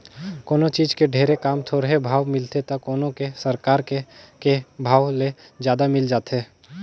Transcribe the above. कोनों चीज के ढेरे काम, थोरहें भाव मिलथे त कोनो के सरकार के के भाव ले जादा मिल जाथे